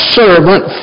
servant